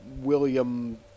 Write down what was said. William